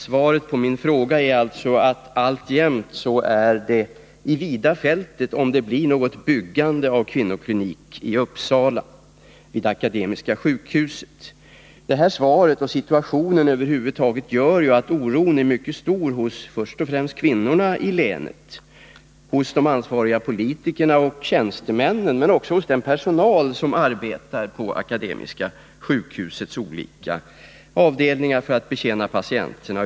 Svaret på min fråga är alltså att det alltjämt står i vida fältet om det blir något byggande av kvinnoklinik vid Akademiska sjukhuset i Uppsala. Svaret och situationen över huvud taget gör att oron är mycket stor först och främst hos kvinnorna i länet och hos de ansvariga politikerna och tjänstemännen, men också hos den personal som arbetar på Akademiska sjukhusets olika avdelningar för att betjäna patienterna.